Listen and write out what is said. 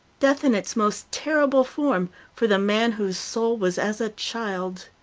death in its most terrible form for the man whose soul was as a child's.